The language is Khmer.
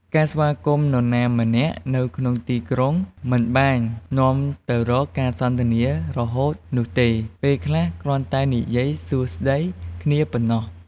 ការស្វាគមន៍នរណាម្នាក់នៅក្នុងទីក្រុង មិនបាននាំទៅរកការសន្ទនារហូតនោះទេ ពេលខ្លះគ្រាន់តែនិយាយសួស្តីគ្នាប៉ណ្ណោះ។